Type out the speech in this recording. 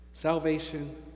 Salvation